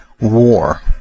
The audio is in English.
war